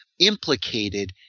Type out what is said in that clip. implicated